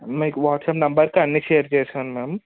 మీకు వాట్సాప్ నంబర్కి అన్నీ షేర్ చేస్తాను మ్యామ్